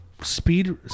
speed